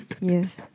Yes